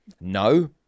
No